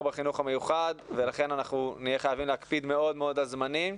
בחינוך המיוחד ולכן נהיה חייבים להקפיד מאוד מאוד על זמנים,